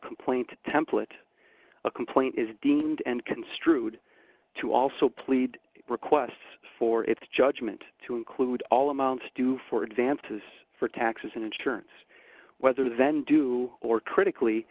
complaint template a complaint is deemed and construed to also plead requests for its judgment to include all amounts due for advances for taxes and insurance whether then do or critically